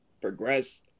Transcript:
progress